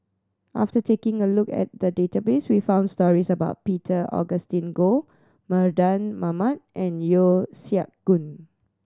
after taking a look at the database we found stories about Peter Augustine Goh Mardan Mamat and Yeo Siak Goon